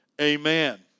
amen